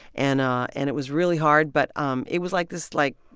and ah and it was really hard. but um it was, like, this, like,